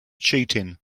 cheating